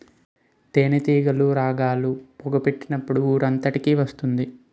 తేనేటీగలు రాగాలు, పొగ పెట్టినప్పుడు ఊరంతకి వత్తుంటాయి